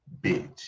bitch